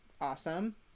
awesome